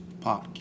park